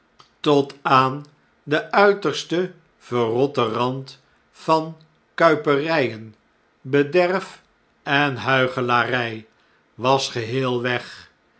tot aan den uitersten verrotteh rand van kuiperjjen bederf en huichelary was geheel weg